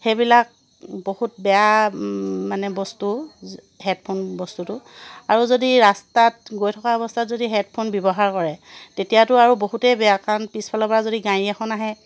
সেইবিলাক বহুত বেয়া মানে বস্তু হেডফোন বস্তুটো আৰু যদি ৰাস্তাত গৈ থকা অৱস্থাত যদি হেডফোন ব্যৱহাৰ কৰে তেতিয়াতো আৰু বহুতেই বেয়া কাৰণ পিছফালৰ পৰা যদি গাড়ী এখন আহে